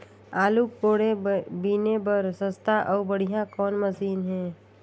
आलू कोड़े बीने बर सस्ता अउ बढ़िया कौन मशीन हे?